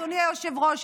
אדוני היושב-ראש,